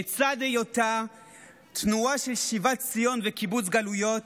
לצד היותה תנועה של שיבת ציון וקיבוץ גלויות,